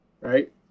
right